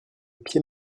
pied